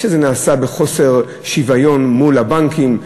וזה נעשה בחוסר שוויון מול הבנקים.